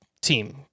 team